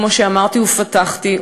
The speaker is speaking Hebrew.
כמו שפתחתי ואמרתי,